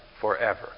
forever